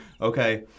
okay